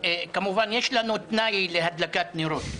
יש לנו תנאי להדלקת נרות.